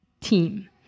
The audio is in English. team